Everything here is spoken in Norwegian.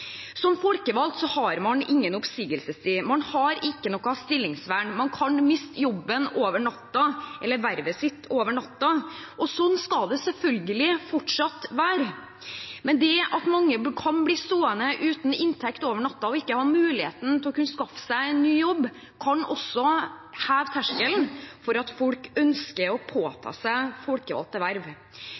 Som folkevalgt har man ingen oppsigelsestid, og man har ikke noe stillingsvern. Man kan miste jobben, eller vervet sitt, over natta. Sånn skal det selvfølgelig fortsatt være, men at mange kan bli stående uten inntekt over natta og ikke ha mulighet til å kunne skaffe seg en ny jobb, kan også heve terskelen for at folk ønsker å påta seg folkevalgte verv.